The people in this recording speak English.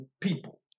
people